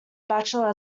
bachelor